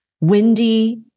windy